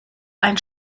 ein